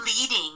leading